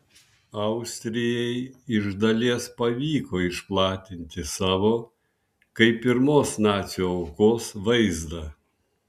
austrijai iš dalies pavyko išplatinti savo kaip pirmos nacių aukos vaizdą